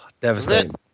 devastating